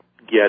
get